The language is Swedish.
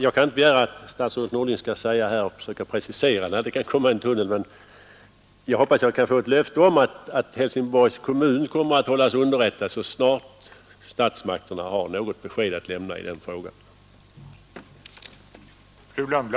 Jag kan inte begära att statsrådet Norling skall försöka precisera när det kan byggas en tunnel, men jag hoppas jag kan få ett löfte om att Helsingborgs kommun skall hållas underrättad så snart statsmakterna har något besked att lämna i denna fråga.